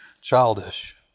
childish